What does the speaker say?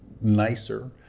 nicer